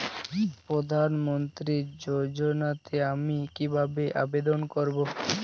প্রধান মন্ত্রী যোজনাতে আমি কিভাবে আবেদন করবো?